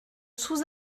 sous